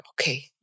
okay